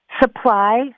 Supply